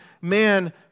man